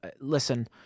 Listen